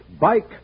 Bike